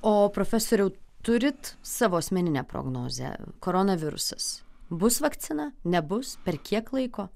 o profesoriau turit savo asmeninę prognozę koronavirusas bus vakcina nebus per kiek laiko